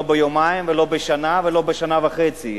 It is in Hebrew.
לא ביומיים ולא בשנה או שנה וחצי.